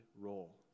role